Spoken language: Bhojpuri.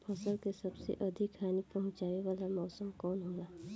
फसल के सबसे अधिक हानि पहुंचाने वाला मौसम कौन हो ला?